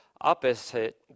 opposite